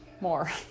more